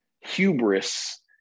hubris